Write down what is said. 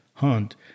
hunt